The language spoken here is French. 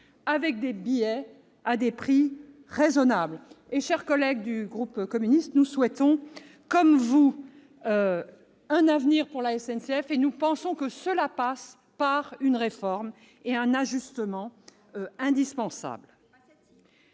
avec des billets à prix raisonnable. Chers collègues du groupe communiste, nous souhaitons, comme vous, un avenir pour la SNCF : nous pensons qu'il passe par une réforme et un ajustement indispensables